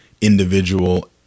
individual